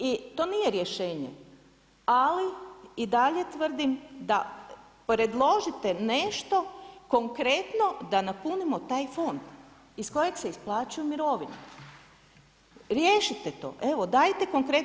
I to nije rješenje ali i dalje tvrdima da, predložite nešto konkretno da napunimo taj fond iz kojeg se isplaćuju mirovine, riješite to, evo dajte konkretno.